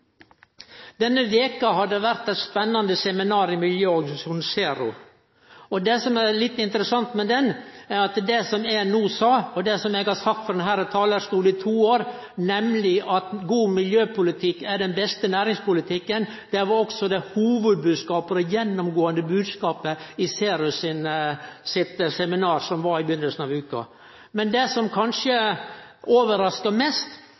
Denne veka har det vore eit spennande seminar i miljøorganisasjonen Zero. Det som er litt interessant, er at det som eg sa no, og det som eg har sagt frå denne talarstolen i to år, nemleg at god miljøpolitikk er den beste næringspolitikken, også var hovudbodskapen og den gjennomgåande bodskapen i Zero sitt seminar i begynninga av veka. Men det som kanskje overraska mest,